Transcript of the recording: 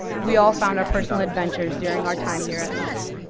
we all found our personal adventures during our time here at knox.